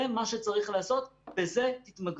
זה מה שצריך לעשות, וזה התמגנות.